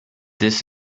this